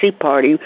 party